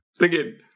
Again